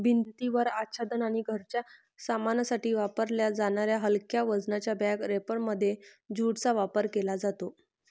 भिंतीवर आच्छादन आणि घराच्या सामानासाठी वापरल्या जाणाऱ्या हलक्या वजनाच्या बॅग रॅपरमध्ये ज्यूटचा वापर केला जातो